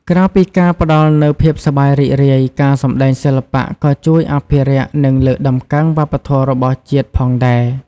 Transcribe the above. ក្រៅពីការផ្តល់នូវភាពសប្បាយរីករាយ ការសម្តែងសិល្បៈក៏ជួយអភិរក្ស និងលើកតម្កើងវប្បធម៌របស់ជាតិផងដែរ។